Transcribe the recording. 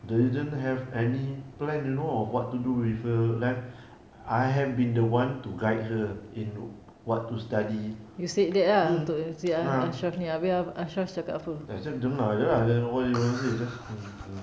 didn't have any plan you know what to do with her life I have been the one to guide her in what to study mm ah ashraf dengar jer lah what he want to say he just mm mm